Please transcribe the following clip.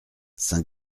saint